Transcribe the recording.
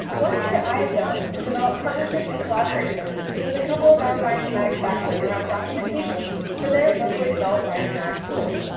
one thing that i have done is develop partnerships and collaborations with a couple of our bioinformatics faculty around documentation for their locally developed by informatics tools.